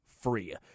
free